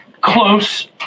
close